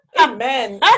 Amen